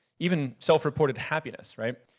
even self reported happiness, right?